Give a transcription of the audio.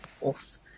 off